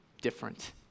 different